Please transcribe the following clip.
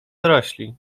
dorośli